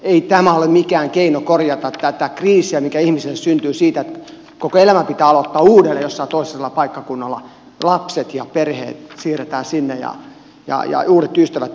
ei tämä ole mikään keino korjata tätä kriisiä mikä ihmisille syntyy siitä että koko elämä pitää aloittaa uudelleen jossain toisella paikkakunnalla lapset ja perheet siirretään sinne ja uudet ystävät etsitään